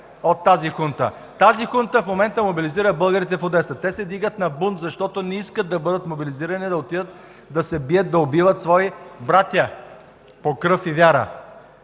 от тази хунта. Тази хунта в момента мобилизира българите в Одеса. Те се вдигат на бунт, защото не искат да бъдат мобилизирани, да отидат да се бият, да убиват свои братя по кръв и вяра.